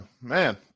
man